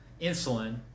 insulin